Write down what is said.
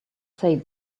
save